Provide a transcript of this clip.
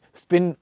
spin